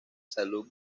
salud